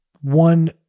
one